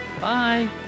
Bye